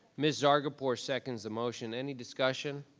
ms. zargarpur seconds the motion. any discussion?